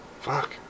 fuck